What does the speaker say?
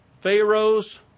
Pharaoh's